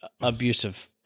abusive